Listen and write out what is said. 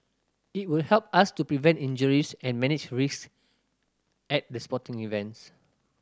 it will help us to prevent injuries and manage risk at the sporting events